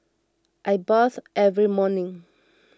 I bath every morning